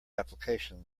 application